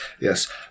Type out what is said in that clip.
Yes